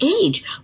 age